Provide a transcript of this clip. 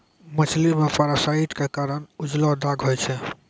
मछली मे पारासाइट क कारण उजलो दाग होय छै